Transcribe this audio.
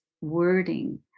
wording